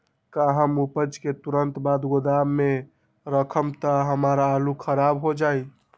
का हम उपज के तुरंत बाद गोदाम में रखम त हमार आलू खराब हो जाइ?